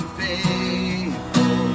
faithful